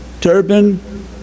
turban